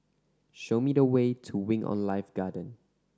show me the way to Wing On Life Garden